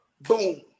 Boom